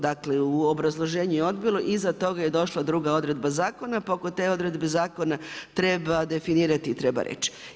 Dakle u obrazloženju je odbilo, iza toga je došla druga odredba zakona pa oko te odredbe zakona treba definirati i treba reći.